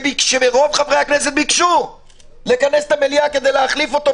כשרוב חברי הכנסת ביקשו לכנס את המליאה כדי להחליף אותו,